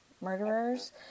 murderers